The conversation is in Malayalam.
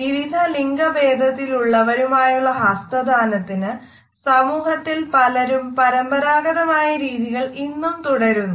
വിവിധ ലിംഗഭേദത്തിലുള്ളവരുമായുള്ള ഹസ്തദാനത്തിനു സമൂഹത്തിൽ പലരും പാരമ്പരാഗരതമായ രീതികൾ ഇന്നും തുടരുന്നു